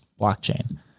blockchain